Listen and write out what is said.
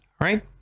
Right